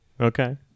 Okay